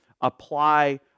apply